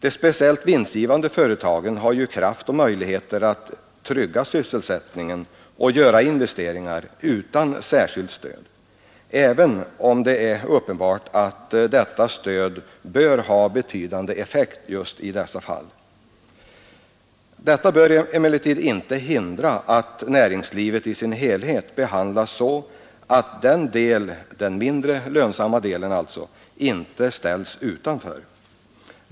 De speciellt vinstgivande företagen har ju kraft och möjligheter att trygga sysselsättningen och göra investeringar utan särskilt stöd, även om det är uppenbart att detta stöd har betydande effekt just i dessa fall. Det bör emellertid inte hindra att näringslivet i sin helhet behandlas så att den mindre lönsamma delen inte ställs utanför.